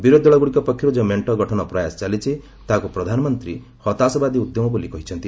ବିରୋଧୀ ଦଳଗୁଡ଼ିକ ପକ୍ଷରୁ ଯେଉଁ ମେଣ୍ଟ ଗଠନ ପ୍ରୟାସ ଚାଲିଛି ତାହାକୁ ପ୍ରଧାନମନ୍ତ୍ରୀ ହତାଶବାଦୀ ଉଦ୍ୟମ ବୋଲି କହିଛନ୍ତି